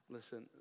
Listen